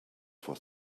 for